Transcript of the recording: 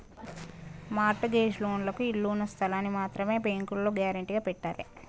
mart gauge లోన్లకు ఇళ్ళు ఉన్న స్థలాల్ని మాత్రమే బ్యేంకులో గ్యేరంటీగా పెట్టాలే